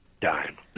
dime